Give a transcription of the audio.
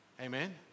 Amen